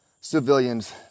civilians